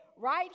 right